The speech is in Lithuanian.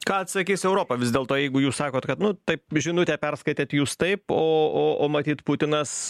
ką atsakys europa vis dėlto jeigu jūs sakot kad nu taip žinutę perskaitėt jūs taip o o o matyt putinas